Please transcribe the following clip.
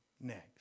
next